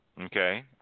Okay